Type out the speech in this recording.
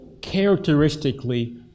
characteristically